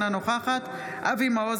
אינה נוכחת אבי מעוז,